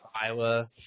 Iowa